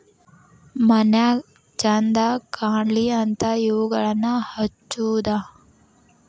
ಮನ್ಯಾಗ ಚಂದ ಕಾನ್ಲಿ ಅಂತಾ ಇವುಗಳನ್ನಾ ಹಚ್ಚುದ